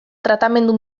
tratamendu